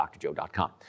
drjoe.com